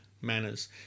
manners